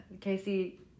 Casey